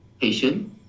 patient